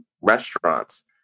restaurants